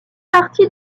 partie